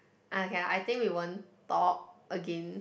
ah okay I think we won't talk again